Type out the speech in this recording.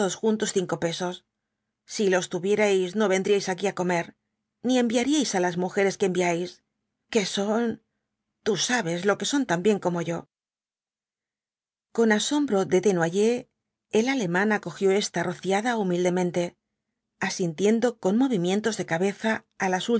juntos cinco pesos si los tuvie rais no vendríais aquí á comer ni enviaríais las mujeres que enviáis que son tú sabes lo que son tan bien como yo con asombro de desnoyers el alemán acogió esta rociada humildemente asintiendo con movimientos de cabeza á las